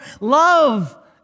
love